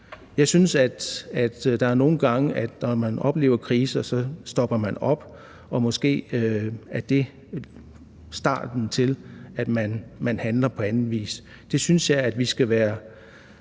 den første elbil? Nogle gange, når man oplever kriser, stopper man op, og måske er det starten på, at man handler på anden vis. Jeg synes, at vi skal være